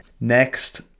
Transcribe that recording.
Next